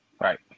Right